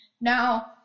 Now